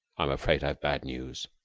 i'm afraid i've bad news.